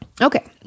Okay